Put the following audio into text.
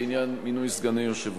ביטול התניית מזונות ביציאה לחו"ל),